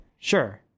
sure